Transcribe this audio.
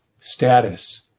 status